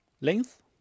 length